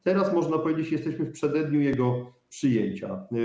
Teraz, można powiedzieć, jesteśmy w przededniu jego przyjęcia.